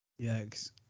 Yikes